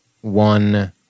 One